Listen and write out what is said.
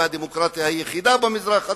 היא הדמוקרטיה היחידה במזרח התיכון,